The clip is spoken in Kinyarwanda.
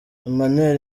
emmanuel